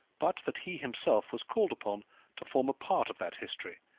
but that he himself was called upon to form a part of that history,